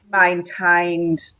maintained